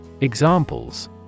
Examples